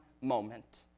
moment